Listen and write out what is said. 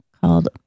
called